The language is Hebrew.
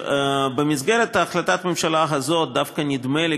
במסגרת החלטת הממשלה הזאת דווקא נדמה לי,